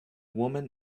woman